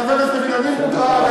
חבר הכנסת לוין, אני מודאג.